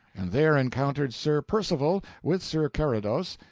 and there encountered sir percivale with sir carados,